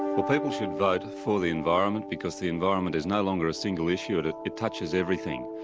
well people should vote for the environment because the environment is no longer a single issue, it it it touches everything.